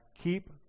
keep